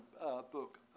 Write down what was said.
book